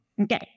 okay